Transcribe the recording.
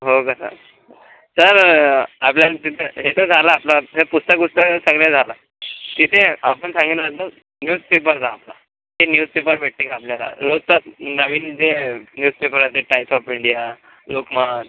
हो का सार सर आपल्याला त्यांचं हे तर झाला आपला हे पुस्तक बिस्तक सगळे झाला तिथे आपण सांगेना तर न्यूजपेपरचा ते न्यूजपेपर भेटते का आपल्याला रोजचा नवीन जे न्यूजपेपर जसे टाईप्स ऑप इंडिया लोकमत